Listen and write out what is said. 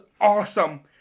awesome